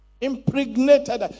Impregnated